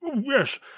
Yes